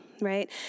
Right